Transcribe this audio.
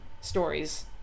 stories